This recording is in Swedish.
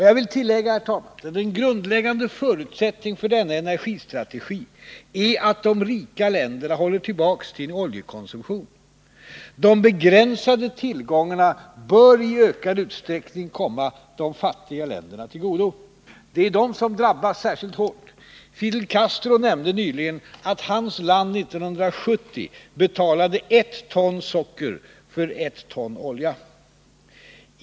Jag vill tillägga, herr talman, att en grundläggande förutsättning för denna energistrategi är att de rika länderna håller tillbaka sin oljekonsumtion. De begränsade tillgångarna bör i ökad utsträckning komma de fattiga länderna till godo. Det är de som drabbas särskilt hårt. Fidel Castro nämnde nyligen att hans land året 1970 betalade ett ton socker för ett ton olja.